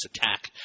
attack